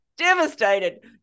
Devastated